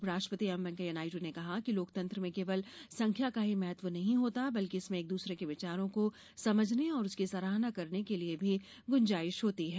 उपराष्ट्रपति एमवेंकैया नायडू ने कहा कि लोकतंत्र में केवल संख्या का ही महत्व नहीं होता बल्कि इसमें एक दूसरों के विचारों को समझने और उसकी सराहना करने के लिए भी गुंजाइश होती है